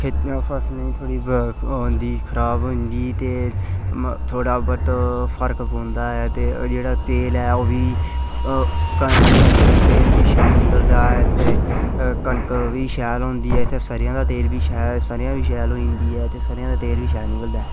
फसलें गी थोह्ड़ी ओह् होंदी खराब होई जंदी ते थोह्ड़ा मता फर्क पौंदा ऐ ते तेल ऐ ओह्बी तेल बी शैल निकलदा ऐ ते कनक बी शैल होंदी ऐ ते इत्थें स'रेआं दा तेल बी ते स'रेआं बी शैल होंदी ऐ ते सरेआं दा तेल बी शैल होंदा ऐ